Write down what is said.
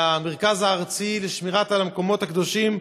למרכז הארצי לשמירה על המקומות הקדושים,